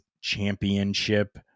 championship